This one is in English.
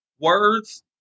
words